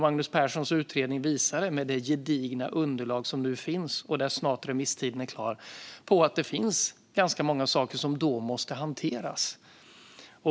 Magnus Perssons utredning, för vilken remisstiden snart är slut, visade med det gedigna underlag som nu finns på att det är ganska många saker som då måste hanteras.